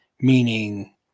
Meaning